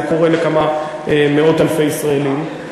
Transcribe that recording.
זה קורה לכמה מאות אלפי ישראלים,